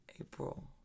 April